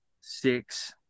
six